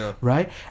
right